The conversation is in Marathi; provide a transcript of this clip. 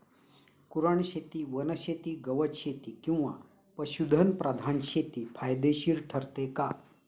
कुरणशेती, वनशेती, गवतशेती किंवा पशुधन प्रधान शेती फायदेशीर ठरते का?